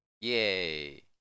Yay